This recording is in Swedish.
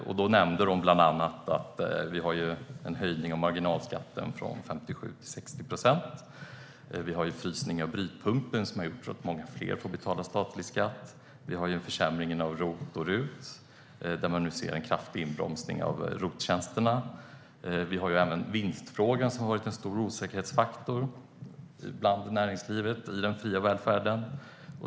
Man nämnde bland annat en höjning av marginalskatten från 57 till 60 procent och frysningen av brytpunkten som har gjort att många fler får betala statlig skatt. Vi har försämringen av ROT och RUT, där vi nu ser en kraftig inbromsning av ROT-tjänsterna. Även vinstfrågan har varit en stor osäkerhetsfaktor i den fria välfärden.